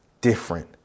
different